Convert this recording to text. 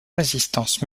résistance